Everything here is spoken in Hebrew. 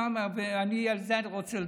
ועל זה אני רוצה לדבר.